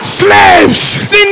slaves